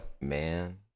Man